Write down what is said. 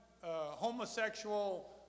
homosexual